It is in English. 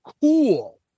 cool